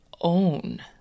own